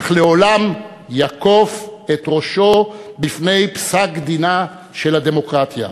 אך לעולם יכוף את ראשו בפני פסק-דינה של הדמוקרטיה.